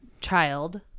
child